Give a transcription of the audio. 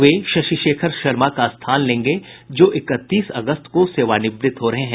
वे शशि शेखर शर्मा का स्थान लेंगे जो इकतीस अगस्त को सेवानिवृत हो रहे हैं